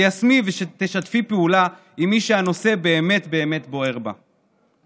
תיישמי ותשתפי פעולה עם מי שהנושא באמת באמת בוער בה.